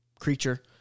creature